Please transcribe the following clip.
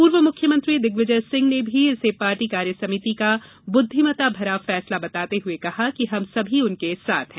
पूर्व मुख्यमंत्री दिग्विजय सिंह ने इसे पार्टी कार्यसमिति का बुद्धिमता भरा फैसला बताते हुए कहा कि हम सभी उनके साथ हैं